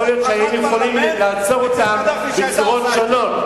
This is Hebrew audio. יכול להיות שהיינו יכולים לעצור אותם בצורות שונות.